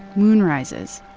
moonrises,